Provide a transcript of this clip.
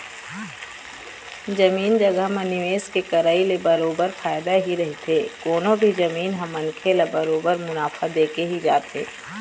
जमीन जघा म निवेश के करई ले बरोबर फायदा ही रहिथे कोनो भी जमीन ह मनखे ल बरोबर मुनाफा देके ही जाथे